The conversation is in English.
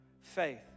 faith